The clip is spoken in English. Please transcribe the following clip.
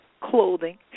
clothing